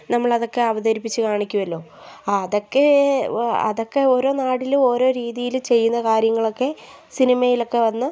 നമ്മളതൊക്കെ അവതരിപ്പിച്ച് കാണിക്കുമല്ലോ ആ അതൊക്കെ അതൊക്കെ ഓരോ നാട്ടിലും ഓരോ രീതിയിൽ ചെയ്യുന്ന കാര്യങ്ങളൊക്കെ സിനിമയിലക്കെ വന്ന്